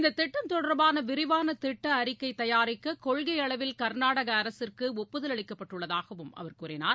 இந்த திட்டம் தொடர்பான விரிவான திட்ட அறிக்கை தயாரிக்க கொள்கை அளவில் கர்நாடக அரசிற்கு ஒப்புதல் அளிக்கப்பட்டுள்ளதாகவும் அவர் கூறினார்